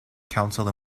council